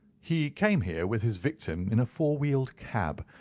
he came here with his victim in a four-wheeled cab,